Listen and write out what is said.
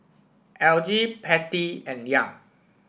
Elgie Pattie and Young